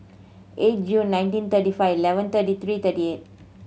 eight June nineteen thirty five eleven thirty three thirty eight